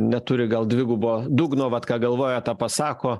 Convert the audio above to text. neturi gal dvigubo dugno vat ką galvoja tą pasako